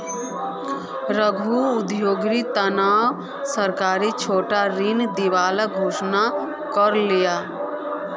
लघु उद्योगेर तने सरकार छोटो ऋण दिबार घोषणा कर ले